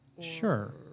Sure